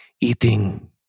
eating